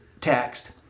text